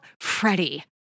Freddie